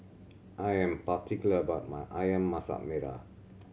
I am particular about my Ayam Masak Merah